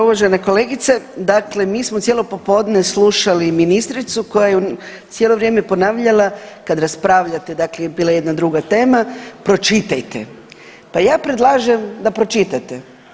Uvažena kolegice, dakle mi smo cijelo popodne slušali ministricu koja je cijelo vrijeme ponavljala kad raspravljate dakle bila je jedna druga tema, pročitajte, pa ja predlažem da pročitate.